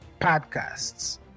podcasts